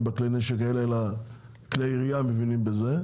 בכלי נשק האלה אלא כלי ירייה מבינים בזה,